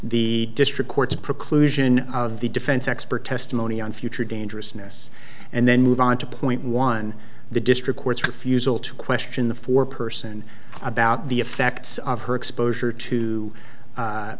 the district court's preclusion of the defense expert testimony on future dangerousness and then move on to point one the district court's refusal to question the four person about the effects of her exposure to